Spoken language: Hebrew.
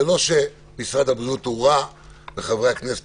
זה לא שמשרד הבריאות הוא רע וחברי הכנסת